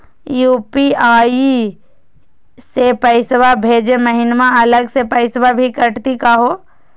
UPI स पैसवा भेजै महिना अलग स पैसवा भी कटतही का हो?